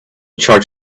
charge